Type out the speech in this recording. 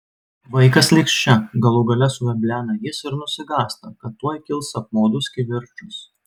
vaikas liks čia galų gale suveblena jis ir nusigąsta kad tuoj kils apmaudus kivirčas